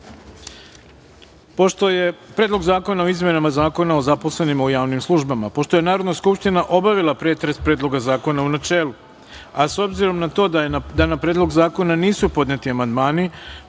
reda – Predlog zakona o izmenama Zakona o zaposlenim u javnim službama. Pošto je Narodna skupština obavila pretres Predloga zakona u načelu, a s obzirom na to da je na predlog zakona nisu podneti amandmani,